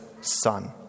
son